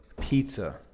pizza